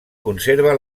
conserva